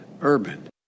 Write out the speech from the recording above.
urban